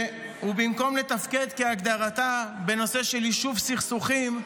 ובמקום לתפקד, כהגדרתה, בנושא של יישוב סכסוכים,